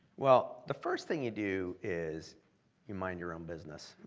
well, the first thing you do is you mind your own business,